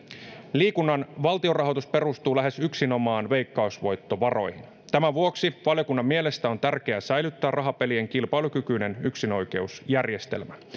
liikunnan valtionrahoitus perustuu lähes yksinomaan veikkausvoittovaroihin tämän vuoksi valiokunnan mielestä on tärkeä säilyttää rahapelien kilpailukykyinen yksinoikeusjärjestelmä